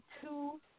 two